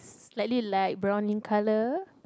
slightly light brown in colour